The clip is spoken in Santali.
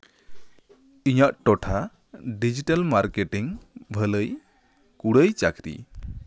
ᱤᱧᱟᱹᱜ ᱴᱚᱴᱷᱟ ᱰᱤᱡᱤᱴᱮᱞ ᱢᱟᱨᱠᱮᱴᱤᱝ ᱵᱷᱟᱹᱞᱟᱹᱭ ᱠᱩᱲᱟᱹᱭ ᱪᱟᱹᱠᱨᱤ